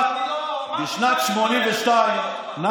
בשנת 1982, לא, לא, אני לא אמרתי.